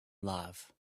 love